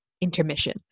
intermission